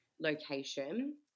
location